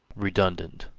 redundant,